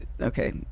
Okay